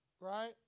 right